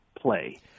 play